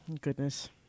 goodness